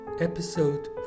Episode